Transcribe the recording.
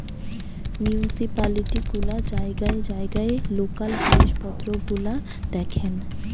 municipality গুলা জায়গায় জায়গায় লোকাল জিনিস পত্র গুলা দেখেন